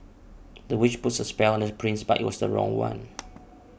the witch put a spell on the prince but it was the wrong one